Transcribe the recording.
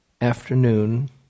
afternoon